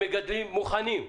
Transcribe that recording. המגדלים מוכנים.